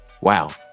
wow